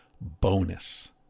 bonus